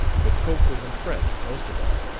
but cope was impressed, most of all,